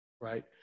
right